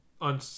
on